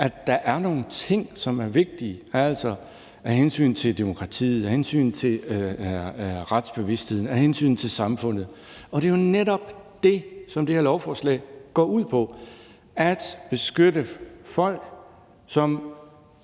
at der er nogle ting, som er vigtige af hensyn til demokratiet, af hensyn til retsbevidstheden, af hensyn til samfundet. Og det er jo netop det, som det her lovforslag går ud på, nemlig at beskytte folk, som